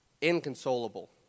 inconsolable